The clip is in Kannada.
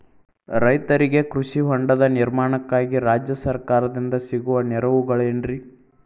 ರೈತರಿಗೆ ಕೃಷಿ ಹೊಂಡದ ನಿರ್ಮಾಣಕ್ಕಾಗಿ ರಾಜ್ಯ ಸರ್ಕಾರದಿಂದ ಸಿಗುವ ನೆರವುಗಳೇನ್ರಿ?